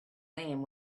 name